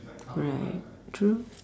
right true